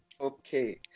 Okay